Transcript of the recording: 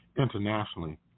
internationally